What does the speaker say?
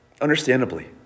understandably